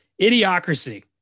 Idiocracy